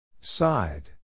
Side